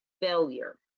failure